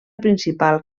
principal